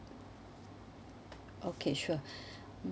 okay sure